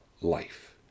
life